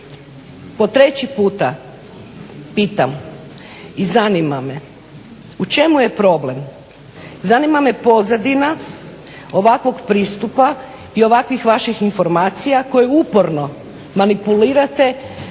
po treći puta pitam i zanima me u čemu je problem, zanima me pozadina ovakvog pristupa i ovakvih vaših informacija koje uporno manipulirate